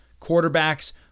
quarterbacks